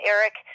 Eric